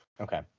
Okay